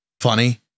funny